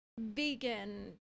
vegan